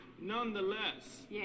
Nonetheless